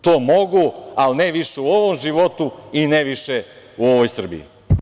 To mogu, ali ne više u ovom životu i ne više u ovoj Srbiji.